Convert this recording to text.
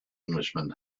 englishman